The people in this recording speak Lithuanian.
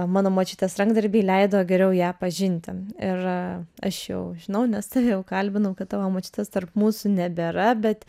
mano močiutės rankdarbiai leido geriau ją pažinti ir aš jau žinau nes tave jau kalbinau kad tavo močiutės tarp mūsų nebėra bet